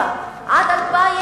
מ-1997 עד 2000,